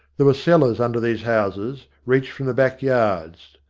there were cellars under these houses, reached from the back-yards.